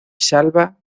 salva